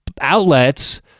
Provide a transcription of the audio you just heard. outlets